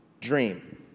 dream